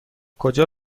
کجا